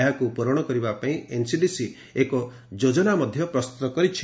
ଏହାକୁ ପ୍ରରଣ କରିବା ପାଇଁ ଏନ୍ସିଡିସି ଏକ ଯୋଟ୍ଟନା ପ୍ରସ୍ତୁତ କରିଛି